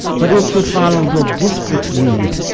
but it should follow the district's need,